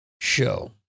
show